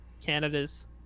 Canada's